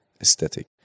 aesthetic